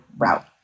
route